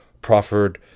proffered